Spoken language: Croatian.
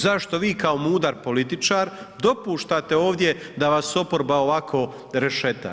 Zašto vi kao mudar političar dopuštate ovdje da vas oporba ovako rešeta?